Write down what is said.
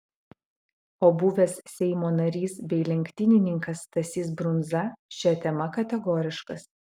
o buvęs seimo narys bei lenktynininkas stasys brundza šia tema kategoriškas